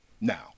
Now